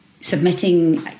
submitting